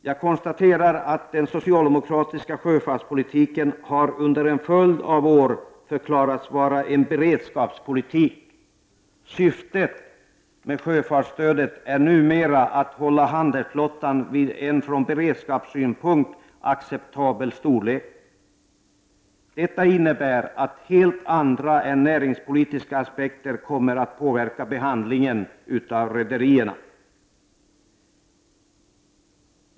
Jag konstaterar att den socialdemokratiska sjöfartspolitiken under en följd av år har förklarats vara en beredskapspolitik. Syftet med sjöfartsstödet är numera att hålla handelsflottan vid en från beredskapssynpunkt acceptabel storlek. Detta innebär att helt andra än näringspolitiska aspekter kommer att påverka behandlingen av rederierna.